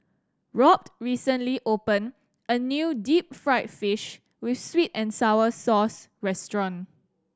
Robt recently opened a new deep fried fish with sweet and sour sauce restaurant